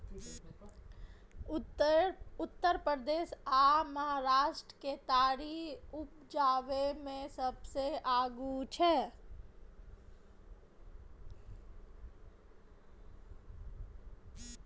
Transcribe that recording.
उत्तर प्रदेश आ महाराष्ट्र केतारी उपजाबै मे सबसे आगू छै